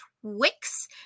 Twix